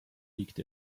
liegt